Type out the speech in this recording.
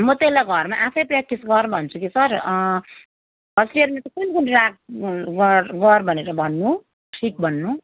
म त्यसलाई घरमा आफै प्र्याक्टिस गर भन्छु कि सर फर्स्ट इयरमा चाहिँ कुन कुन राग गर गर भनेर भन्नु सिक भन्नु